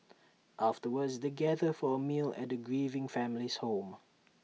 afterwards they gather for A meal at the grieving family's home